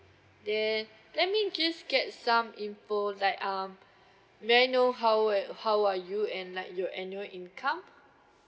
then let me just get some info like um may I know how will how old are you and like your annual income